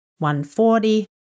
140